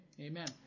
Amen